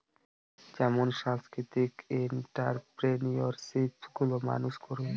যেসব সাংস্কৃতিক এন্ট্ররপ্রেনিউরশিপ গুলো মানুষ করবে